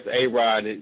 A-Rod